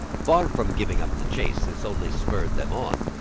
far from giving up the chase, this only spurred them on.